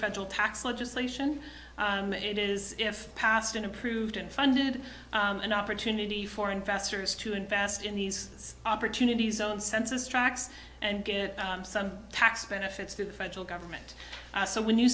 federal tax legislation it is if passed and approved unfunded an opportunity for investors to invest in these opportunities on census tracks and get some tax benefits through the federal government so when you